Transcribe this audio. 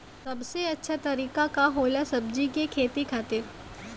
सबसे अच्छा तरीका का होला सब्जी के खेती खातिर?